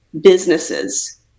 businesses